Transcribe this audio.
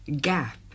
gap